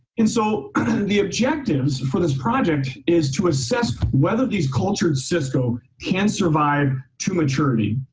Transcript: and so the objectives for this project is to assess whether these cultured cisco can survive to maturity.